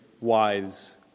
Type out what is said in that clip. wise